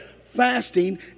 fasting